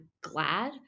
glad